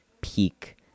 peak